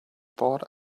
thought